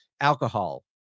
alcohol